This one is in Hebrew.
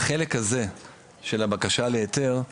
בחלק הזה של הבקשה להיתר,